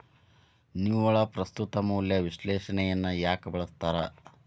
ನಿವ್ವಳ ಪ್ರಸ್ತುತ ಮೌಲ್ಯ ವಿಶ್ಲೇಷಣೆಯನ್ನ ಯಾಕ ಬಳಸ್ತಾರ